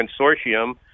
consortium